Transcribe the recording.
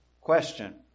Question